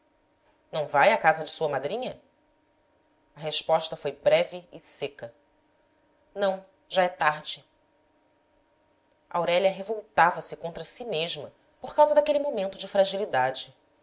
não vai à casa de sua madrinha a resposta foi breve e seca não já é tarde aurélia revoltava-se contra si mesma por causa daquele momento de fragilidade